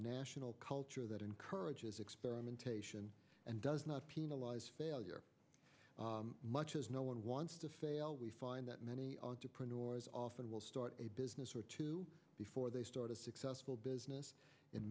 national culture that encourages experimentation and does not penalize failure much as no one wants to fail we find that many entrepreneurs often will start a business or two before they start a successful business in